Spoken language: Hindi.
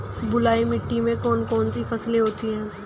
बलुई मिट्टी में कौन कौन सी फसलें होती हैं?